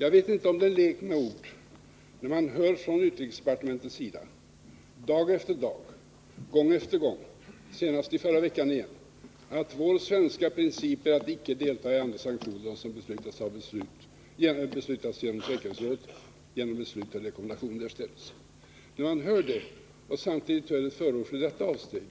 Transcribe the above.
Jag vet inte om det är en lek med ord när man hör från utrikesdepartementet — dag efter dag, gång efter gång, senast förra veckan igen — att vår svenska princip är att icke delta i andra sanktioner än dem som föranleds av beslut eller rekommendation av säkerhetsrådet och samtidigt fäller ett förord för detta avsteg